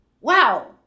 Wow